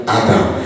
adam